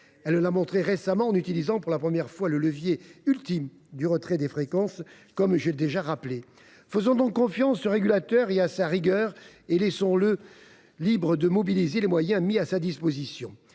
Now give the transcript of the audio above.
Elle l’a montré récemment en utilisant pour la première fois le levier ultime du retrait de fréquences, comme je l’ai déjà rappelé. Faisons donc confiance au régulateur et à sa rigueur, et laissons le libre de mobiliser les moyens mis à sa disposition.